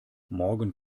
morgen